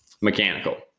mechanical